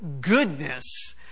goodness